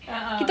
a'ah